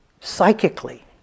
psychically